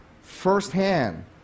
firsthand